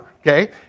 Okay